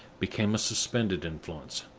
became a suspended influence,